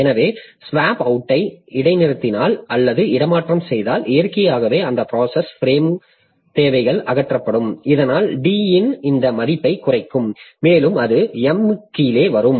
எனவே ஸ்வாப்பு அவுட்டை இடைநிறுத்தினால் அல்லது இடமாற்றம் செய்தால் இயற்கையாகவே அந்த ப்ராசஸ் பிரேம் தேவைகள் அகற்றப்படும் இதனால் D இன் இந்த மதிப்பைக் குறைக்கும் மேலும் அது M கீழே வரும்